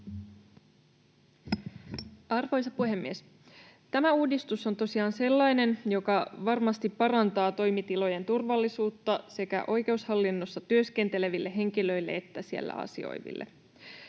Arvoisa puhemies! Tämä uudistus on tosiaan sellainen, joka varmasti parantaa toimitilojen turvallisuutta sekä oikeushallinnossa työskenteleville henkilöille että siellä asioiville.